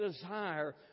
desire